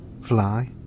fly